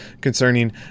concerning